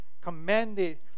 commanded